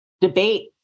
debate